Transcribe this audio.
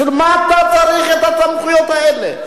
בשביל מה אתה צריך את הסמכויות האלה?